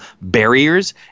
barriers